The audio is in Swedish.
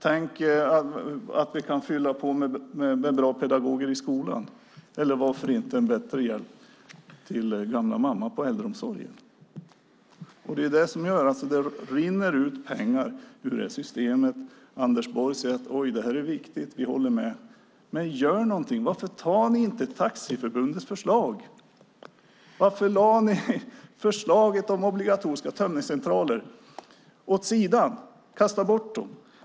Tänk vad vi kunde fylla på med bra pedagoger i skolan, eller varför inte en bättre hjälp till gamla mamma i äldreomsorgen? Det rinner ut pengar ur systemet. Anders Borg säger: Oj, detta är viktigt. Vi håller med. Gör någonting! Varför tar ni inte Taxiförbundets förslag? Varför lade ni förslaget om obligatoriska tömningscentraler åt sidan, kastade bort det?